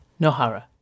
Nohara